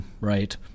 right